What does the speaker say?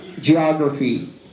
geography